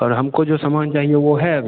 और हमको जो समान चाहिए वह है अभी